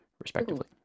respectively